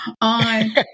on